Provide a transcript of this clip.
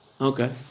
Okay